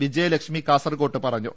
വിജയലക്ഷ്മി കാസർകോഡ് പറഞ്ഞു